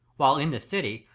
while in this city,